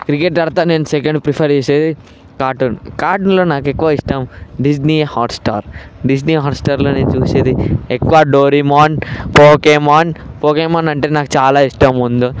cricket తర్వాత నేను second prefer చేసేది కార్టూన్ కార్టూన్లో నాకు ఎక్కువ ఇష్టం డిస్నీ హాట్స్టార్ డిస్నీ హాట్స్టార్లో నేను చూసేది ఎక్కువ డోరేమాన్ పోకేమాన్ పోకేమాన్ అంటే నాకు చాలా ఇష్టం ముందు